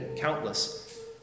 countless